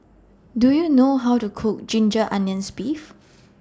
Do YOU know How to Cook Ginger Onions Beef